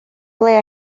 ble